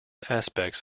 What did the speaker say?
aspects